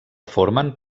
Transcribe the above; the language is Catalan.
formen